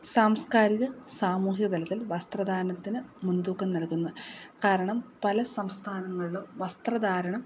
സാംസ്കാരിക സാമൂഹിക തലത്തിൽ വസ്ത്ര ധാരണത്തിന് മുൻതൂക്കം നല്കുന്നു കാരണം പല സംസ്ഥാനങ്ങളിലും വസ്ത്ര ധാരണം